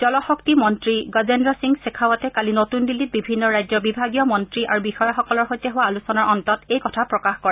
জলশক্তি মন্ত্ৰী গজেন্দ্ৰ সিং গ্ৰেখাৱটে কালি নতুন দিল্লীত বিভিন্ন ৰাজ্যৰ বিভাগীয় মন্ত্ৰী আৰু বিষয়াসকলৰ সৈতে হোৱা আলোচনাৰ অন্তত এই কথা প্ৰকাশ কৰে